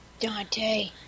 Dante